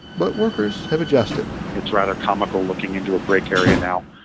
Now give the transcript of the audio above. but workers have adjusted it's rather comical looking into a break area now.